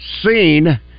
seen